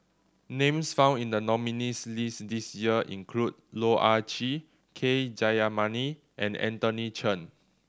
names found in the nominees' list this year include Loh Ah Chee K Jayamani and Anthony Chen